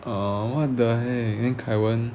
oh what the heck then kai wen